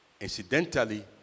Incidentally